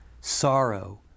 sorrow